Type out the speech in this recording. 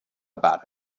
about